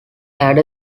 had